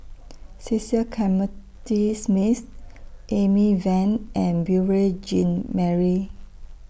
Cecil Clementi Smith Amy Van and Beurel Jean Marie